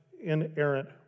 inerrant